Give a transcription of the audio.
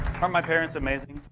aren't my parents amazing?